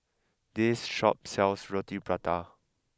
this shop sells Roti Prata